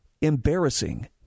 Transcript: embarrassing